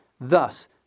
Thus